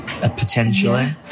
Potentially